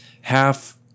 half